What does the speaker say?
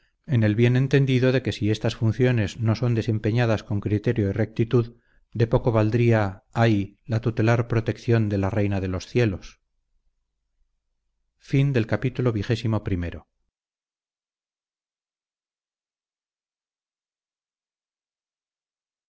en el bien entendido de que si esas funciones no son desempeñadas con criterio y rectitud de poco valdría ay la tutelar protección de la reina de los cielos